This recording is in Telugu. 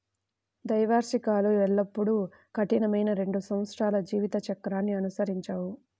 ద్వైవార్షికాలు ఎల్లప్పుడూ కఠినమైన రెండు సంవత్సరాల జీవిత చక్రాన్ని అనుసరించవు